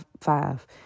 five